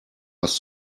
was